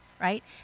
right